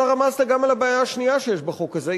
אתה רמזת גם על הבעיה השנייה שיש בחוק הזה,